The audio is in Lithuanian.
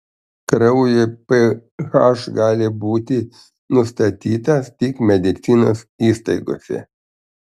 kraujo ph gali būti nustatytas tik medicinos įstaigose